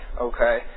okay